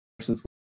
versus